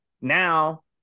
Now